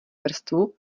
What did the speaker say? vrstvu